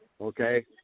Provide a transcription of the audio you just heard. Okay